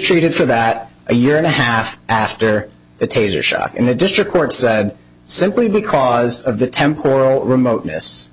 treated for that a year and a half after the taser shock in the district court said simply because of the temporal remoteness